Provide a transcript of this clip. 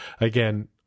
again